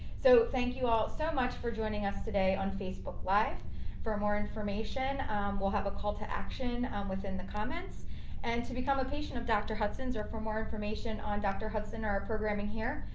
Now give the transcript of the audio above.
so thank you all so much for joining us today, on facebook live for more information we'll have a call to action within the comments and to become a patient of dr. hudson or for more information on dr. hudson or our programming here,